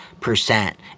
percent